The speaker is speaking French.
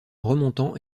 remontant